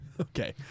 Okay